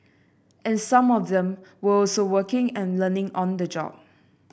and some of them were also working and learning on the job